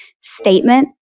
statement